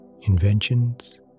inventions